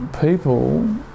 people